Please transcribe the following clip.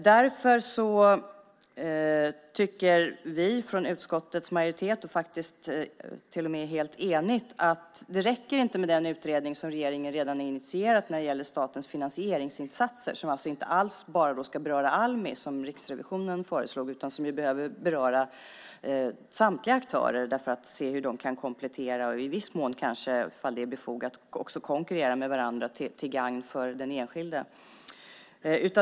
Därför tycker vi från utskottets majoritet - utskottet är faktiskt till och med helt enigt - att det inte räcker med den utredning som regeringen redan har initierat när det gäller statens finansieringsinsatser, som alltså inte bara ska beröra Almi, som Riksrevisionen föreslog. Den behöver beröra samtliga aktörer för att vi ska se hur de kan komplettera och i viss mån kanske, ifall det är befogat, också konkurrera med varandra till gagn för den enskilde.